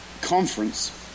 conference